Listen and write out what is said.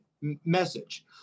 message